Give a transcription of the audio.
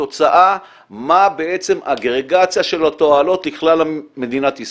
תוצאה של מה בעצם האגרגציה של התועלות לכלל מדינת ישראל,